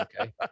okay